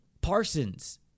Parsons